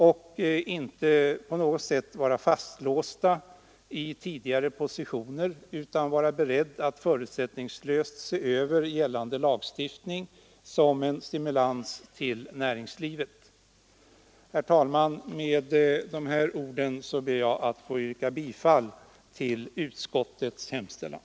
Vi skall inte på något sätt vara fastlåsta i tidigare positioner utan vara beredda att förutsättningslöst se över gällande lagstiftning som en stimulans till näringslivet. Herr talman! Med de här orden ber jag att få yrka bifall till utskottets hemställan.